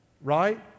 right